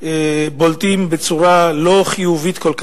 בולטים בצורה לא חיובית כל כך,